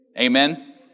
Amen